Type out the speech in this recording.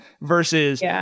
versus